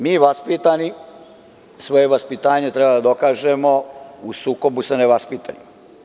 Mi vaspitani, svoje vaspitanje treba da dokažemo u sukobu sa nevaspitanima.